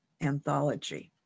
anthology